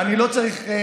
אני לא צריך,